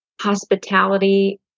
hospitality